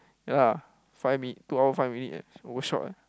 ya lah five minute two hour five minute eh overshot eh